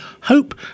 hope